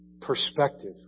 Perspective